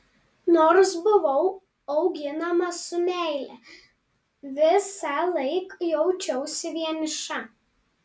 nors buvau auginama su meile visąlaik jaučiausi vieniša